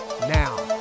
now